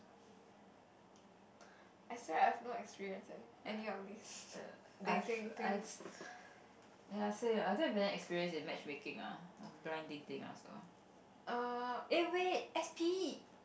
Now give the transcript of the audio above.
i said i have no experience in any of these dating things